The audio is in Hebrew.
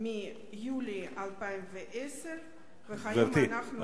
מיולי 2010. האם אנחנו --- גברתי,